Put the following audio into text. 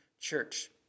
church